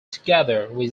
together